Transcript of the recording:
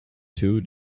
two